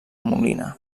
molina